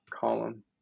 column